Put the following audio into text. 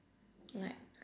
like